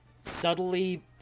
subtly